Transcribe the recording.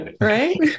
Right